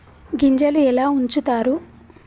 గింజలు ఎలా ఉంచుతారు?